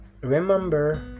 remember